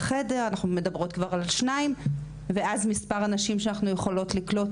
חדר אלא על שני חדרים ואז מספר הנשים שאנחנו יכולות לקלוט,